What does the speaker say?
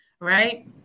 right